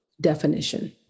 definition